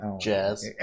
Jazz